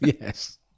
yes